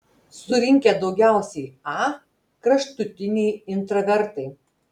surinkę daugiausiai a kraštutiniai intravertai